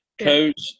Coach